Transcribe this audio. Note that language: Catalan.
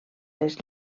les